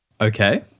Okay